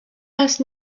ask